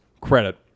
credit